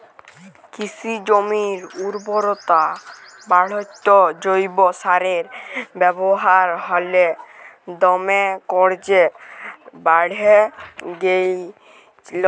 কিসি জমির উরবরতা বাঢ়াত্যে জৈব সারের ব্যাবহার হালে দমে কর্যে বাঢ়্যে গেইলছে